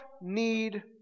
need